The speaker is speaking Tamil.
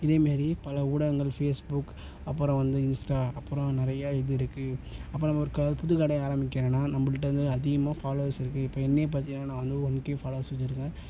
இதேமாரி பல ஊடகங்கள் ஃபேஸ்புக் அப்புறம் வந்து இன்ஸ்டா அப்புறம் நிறையா இது இருக்குது அப்புறம் நம்ம ஒரு க புது கடை ஆரம்பிக்கிறோன்னால் நம்பள்கிட்ட வந்து அதிகமாக ஃபாலோவர்ஸ் இருக்குது இப்போ என்னையே பார்த்திங்கன்னா நான் வந்து ஒன் கே ஃபாலோவர்ஸ் வச்சுருக்கேன்